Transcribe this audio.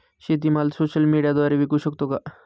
शेतीमाल सोशल मीडियाद्वारे विकू शकतो का?